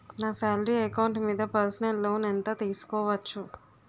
నా salary account మీద personal loan ఎంత తీసుకోవచ్చు?